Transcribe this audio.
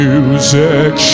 Music